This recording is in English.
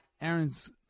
Aaron's